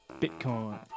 bitcoin